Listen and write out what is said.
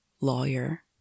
lawyer